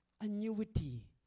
annuity